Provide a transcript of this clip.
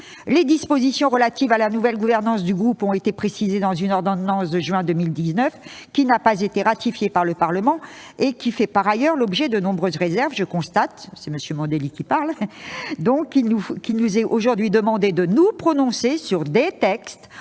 Les dispositions relatives à la nouvelle gouvernance du groupe ont été précisées dans une ordonnance de juin 2019, qui n'a pas été ratifiée par le Parlement et qui fait par ailleurs l'objet de nombreuses réserves. Je constate donc qu'il nous est aujourd'hui demandé de nous prononcer sur des textes